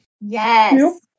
Yes